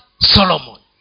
Solomon